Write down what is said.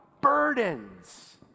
burdens